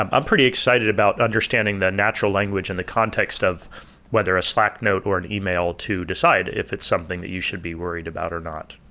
i'm i'm pretty excited about understanding the natural language in the context of whether a slack note or an e-mail to decide if it's something that you should be worried about or not.